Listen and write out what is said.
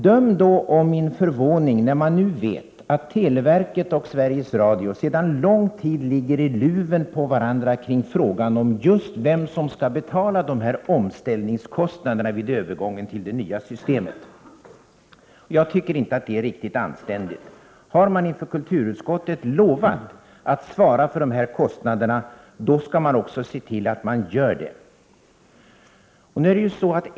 Döm om min förvåning, när man nu vet att televerket och Sveriges Radio sedan lång tid ligger i luven på varandra just kring frågan om vem som skall betala omställningskostnaderna vid övergången till det nya systemet. Jag tycker inte att det är riktigt anständigt. Har man inför kulturutskottet lovat att svara för dessa kostnader, då skall man också se till att man gör det.